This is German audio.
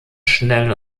schnell